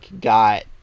got